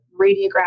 radiograph